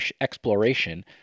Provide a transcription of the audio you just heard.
exploration